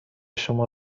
شما